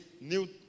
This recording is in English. new